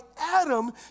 Adam